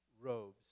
robes